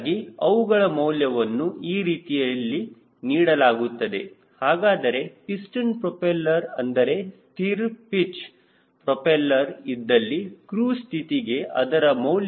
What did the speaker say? ಹೀಗಾಗಿ ಅವುಗಳ ಮೌಲ್ಯವನ್ನು ಈ ರೀತಿಯಲ್ಲಿ ನೀಡಲಾಗುತ್ತದೆ ಹಾಗಾದರೆ ಪಿಸ್ಟನ್ ಪ್ರೋಪೆಲ್ಲರ್ ಅಂದರೆ ಸ್ಥಿರ ಪಿಚ್ ಪ್ರೋಪೆಲ್ಲರ್ ಇದ್ದಲ್ಲಿ ಕ್ರೂಜ್ ಸ್ಥಿತಿಗೆ ಇದರ ಮೌಲ್ಯವು 0